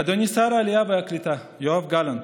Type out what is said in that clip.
אדוני שר העלייה והקליטה יואב גלנט,